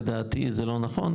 לדעתי זה לא נכון,